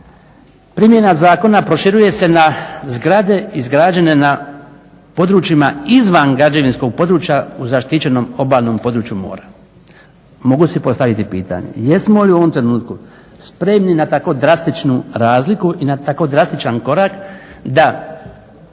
primjena zakona proširuje se na zgrade izgrađene na područjima izvan građevinskog područja u zaštićenom obalnom području mora. Mogu si postaviti pitanje jesmo li u ovom trenutku spremni na tako drastičnu razliku i na tako drastičan korak da